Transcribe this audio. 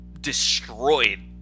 destroyed